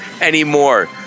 anymore